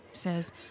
says